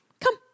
come